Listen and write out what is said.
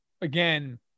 again